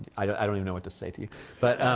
i don't i don't even know what to say to you. but